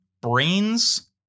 brains